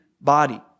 body